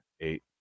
Eight